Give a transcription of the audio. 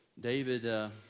David